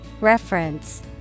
Reference